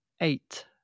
eight